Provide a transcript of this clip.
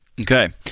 Okay